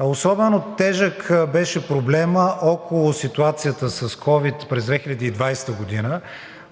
Особено тежък беше проблемът около ситуацията с ковид през 2020 г.,